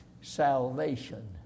Salvation